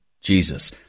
Jesus